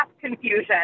confusion